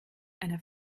einer